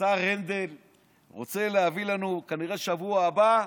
השר הנדל רוצה להביא לנו, כנראה בשבוע הבא,